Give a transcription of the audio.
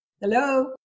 Hello